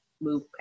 move